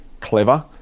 clever